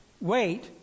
wait